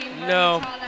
No